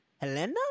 Helena